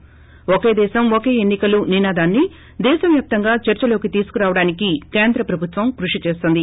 ఒకే దేశం ఒకే ఎన్నికలు నినాదాన్ని దేశవ్యాప్తంగా చర్సలోకి తీసుకురావడానికి కేంద్ర ప్రభుత్వం కృషి చేస్తుంది